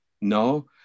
No